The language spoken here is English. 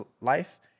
life